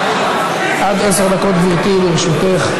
עד עשר דקות, גברתי, לרשותך.